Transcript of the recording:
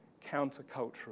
countercultural